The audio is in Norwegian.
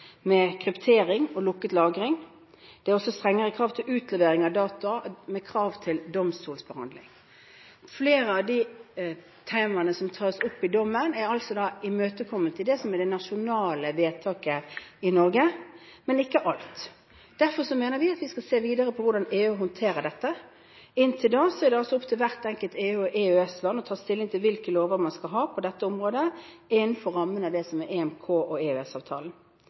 med kryptering og lukket lagring. Det er også strengere krav til utlevering av data med krav til domstolsbehandling. Flere av de temaene som tas opp i dommen, er altså imøtekommet i det som er det nasjonale vedtaket i Norge, men ikke alle. Derfor mener vi at vi skal se videre på hvordan EU håndterer dette. Inntil da er det opp til hvert enkelt EU- og EØS-land å ta stilling til hvilke lover man skal ha på dette området innenfor rammene av